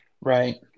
Right